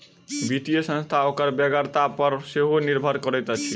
वित्तीय संस्था ओकर बेगरता पर सेहो निर्भर करैत अछि